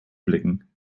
blicken